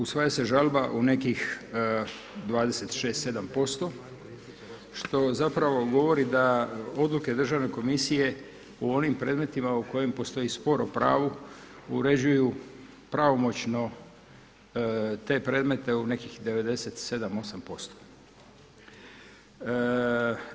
Usvaja se žalba u nekih 26, 27% što zapravo govori da odluke državne komisije u onim predmetima u kojima postoji spor o pravu uređuju pravomoćno te predmeta u nekih 97, 98%